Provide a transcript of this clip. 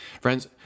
Friends